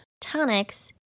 tonics